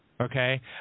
Okay